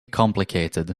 complicated